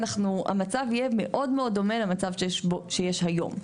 המצב יהיה מאוד מאוד דומה למצב שיש היום.